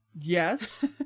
Yes